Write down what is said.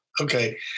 Okay